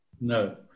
No